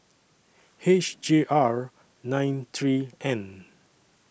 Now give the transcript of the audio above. H J R nine three N